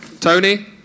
Tony